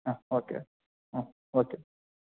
ಹಾಂ ಓಕೆ ಹ್ಞೂ ಓಕೆ